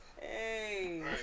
Hey